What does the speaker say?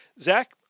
Zach